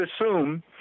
assume